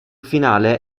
finale